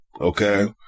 Okay